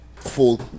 full